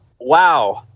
wow